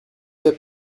paie